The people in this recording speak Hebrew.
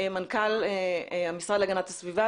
מנכ"ל המשרד להגנת הסביבה,